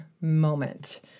moment